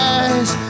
eyes